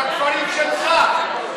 לכפרים שלך,